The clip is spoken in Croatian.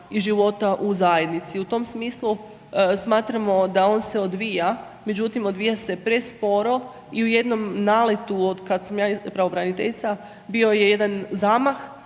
i života u zajednici. I u tom smislu smatramo da on se odvija, međutim odvija se presporo i u jednom naletu otkada sam ja pravobraniteljica bio je jedan zamah,